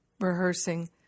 rehearsing